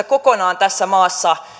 kokonaan tässä maassa